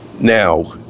Now